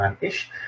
ish